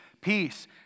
Peace